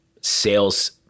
sales